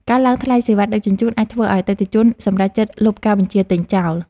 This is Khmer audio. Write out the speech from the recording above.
ការឡើងថ្លៃសេវាដឹកជញ្ជូន អាចធ្វើឱ្យអតិថិជនសម្រេចចិត្តលុបការបញ្ជាទិញចោល។